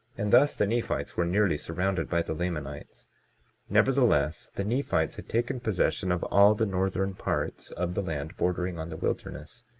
and thus the nephites were nearly surrounded by the lamanites nevertheless the nephites had taken possession of all the northern parts of the land bordering on the wilderness,